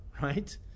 right